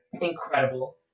incredible